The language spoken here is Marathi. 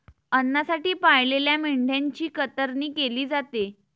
अन्नासाठी पाळलेल्या मेंढ्यांची कतरणी केली जाते